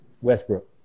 Westbrook